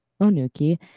onuki